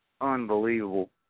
unbelievable